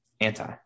Anti